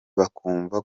bakumva